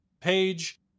page